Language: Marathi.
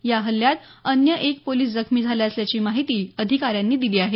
या हल्ल्यात अन्य एक पोलिस जखमी झाला असल्याची माहिती अधिकाऱ्यांनी दिली आहे